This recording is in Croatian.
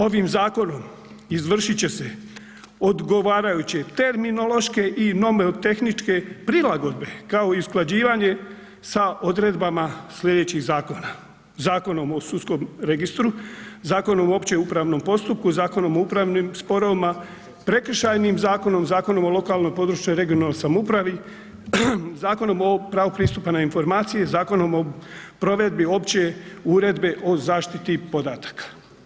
Ovim zakonom izvršiti će se odgovarajuće terminološke i nomotehničke prilagodbe kao i usklađivanje sa odredbama sljedećih zakona: Zakonom o sudskom registru, Zakonom o općem upravnom postupku, Zakonom o upravnim sporovima, Prekršajnim zakonom, Zakonom o lokalnoj i područnoj (regionalnoj) samoupravi, Zakonom o pravu pristupa na informacije, Zakonom o provedbi Opće uredbe o zaštiti podataka.